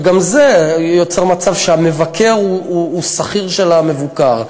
וגם זה יוצר מצב שהמבקר הוא שכיר של המבוקר.